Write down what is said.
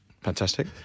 Fantastic